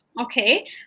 okay